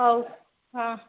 ହଉ ହଁ